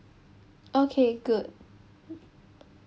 okay good